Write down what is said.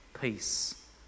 peace